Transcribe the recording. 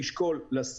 לצמיג אחד.